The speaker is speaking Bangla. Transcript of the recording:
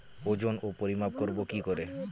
ওজন ও পরিমাপ করব কি করে?